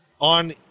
on